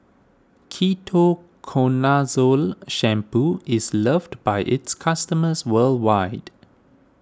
Ketoconazole Shampoo is loved by its customers worldwide